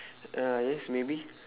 uh yes maybe